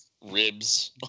ribs